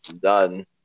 Done